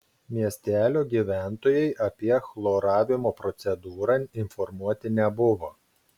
miestelio gyventojai apie chloravimo procedūrą informuoti nebuvo